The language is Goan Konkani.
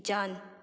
तिजान